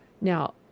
Now